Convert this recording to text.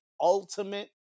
ultimate